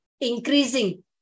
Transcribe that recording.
increasing